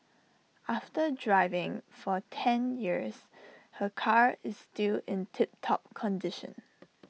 after driving for ten years her car is still in tip top condition